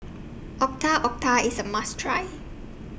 Otak Otak IS A must Try